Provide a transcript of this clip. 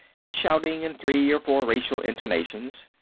and shouting in three or four racial intonations.